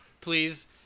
Please